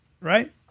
right